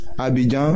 Abidjan